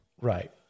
Right